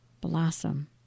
blossom